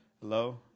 Hello